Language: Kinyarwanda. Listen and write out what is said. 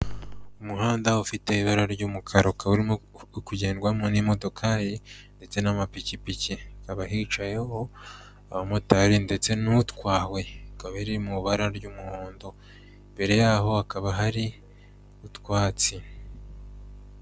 Umuhanda ufite ibara ry'umukara, ukaba urimo kugendwamo n'imodokari ndetse n'amapikipiki, hakaba hicayeho abamotari ndetse n'utwawe, ikaba iri mu ibara ry'umuhondo, imbere yaho hakaba hari utwatsi.